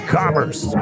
commerce